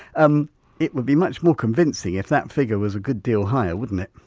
um it would be much more convincing if that figure was good deal higher wouldn't it?